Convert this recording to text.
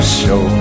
show